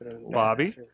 Bobby